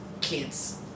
kids